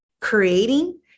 creating